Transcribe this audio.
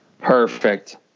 Perfect